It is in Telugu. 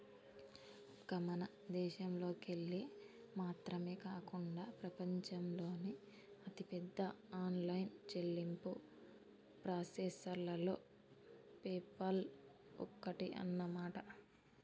ఒక్క మన దేశంలోకెళ్ళి మాత్రమే కాకుండా ప్రపంచంలోని అతిపెద్ద ఆన్లైన్ చెల్లింపు ప్రాసెసర్లలో పేపాల్ ఒక్కటి అన్నమాట